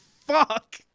fuck